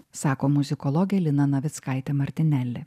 sako muzikologė lina navickaitė martineli